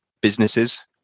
businesses